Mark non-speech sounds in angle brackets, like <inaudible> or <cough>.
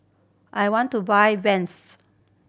I want to buy <unintelligible>